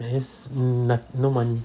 there is not no money